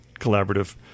collaborative